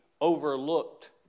overlooked